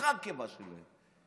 התהפכה הקיבה שלהם.